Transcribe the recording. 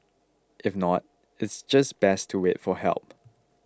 if not it's just best to wait for help